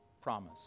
promise